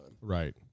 Right